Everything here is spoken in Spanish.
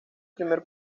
primer